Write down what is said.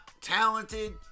talented